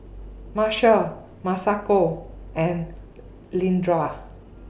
Marcia Masako and Leandra